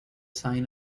sign